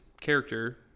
character